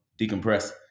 decompress